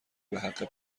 بحق